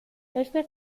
este